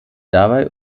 dabei